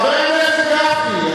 חבר הכנסת גפני,